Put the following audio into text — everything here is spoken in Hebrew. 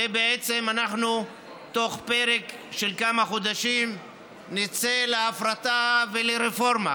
ובעצם בתוך כמה חודשים אנחנו נצא להפרטה ולרפורמה